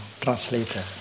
translator